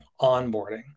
onboarding